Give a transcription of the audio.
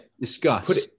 discuss